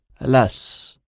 Alas